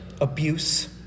abuse